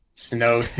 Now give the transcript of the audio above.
snow